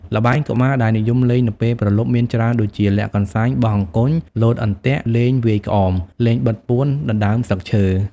ល្បែងកុមារដែលនិយមលេងនៅពេលព្រលប់មានជាច្រើនដូចជា លាក់កន្សែង បោះអង្គញ់ លោតអន្ទាក់ លេងវាយក្អម លេងបិទពួន ដណ្តើមស្លឹកឈើ ។